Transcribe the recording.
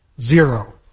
zero